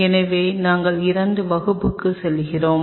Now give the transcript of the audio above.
எனவே நாங்கள் இரண்டாம் வகுப்புக்கு செல்கிறோம்